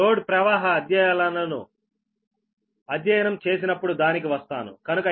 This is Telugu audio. లోడ్ ప్రవాహ అధ్యయనాలను అధ్యయనం చేసినప్పుడు దానికి వస్తాను